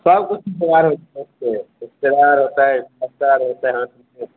सबकिछु तैआर होके एतऽ एक्सरे आर होयतै एक्सरे होयतै हाथके